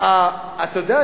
אתה יודע,